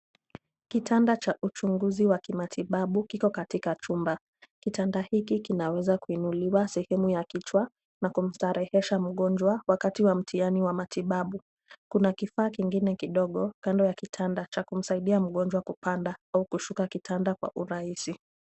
Kitanda cha uchunguzi wa kimatibabu kiko katika chumba. Kitanda hiki kinaweza kuinuliwa sehemu ya kichwa na kumstarehesha mgonjwa wakati wa mtihani wa matibabu. Kuna kifaa kingine kando ya kitanda cha kumsaidia mgonjwa kupanda au kushuka kitanda kwa urahisi.